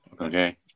Okay